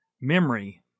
memory